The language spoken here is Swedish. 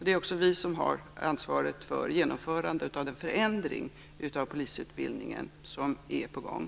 Det är också vi på Justitiedepartementet som har ansvaret för genomförandet av den förändring av polisutbildningen som är på gång.